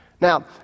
Now